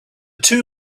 two